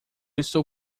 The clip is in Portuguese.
estou